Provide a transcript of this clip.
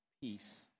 peace